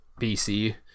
PC